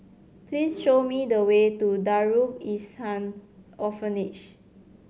please show me the way to Darul Ihsan Orphanage